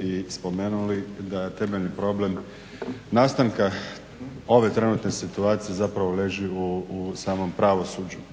i spomenuli da temeljni problem nastanka ove trenutke situacije zapravo leži u samom pravosuđu.